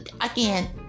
again